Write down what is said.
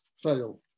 fail